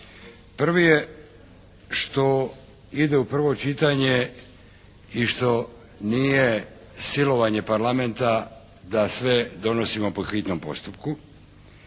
Prvi je što ide u pravo čitanje i što nije silovanje Parlamenta da sve donosimo po hitnom postupku.